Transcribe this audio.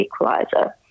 equaliser